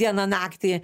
dieną naktį